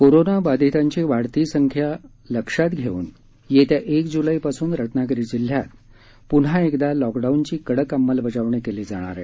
कोरोनाबाधितांची वाढती संख्या लक्षात घेऊन येत्या एक जुलैपासून रत्नागिरी जिल्ह्यात पून्हा एकदा लॉकडाउनची कडक अंमलबजावणी केली जाणार आहे